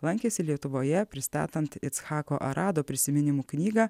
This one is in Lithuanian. lankėsi lietuvoje pristatant icchako arado prisiminimų knygą